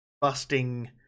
busting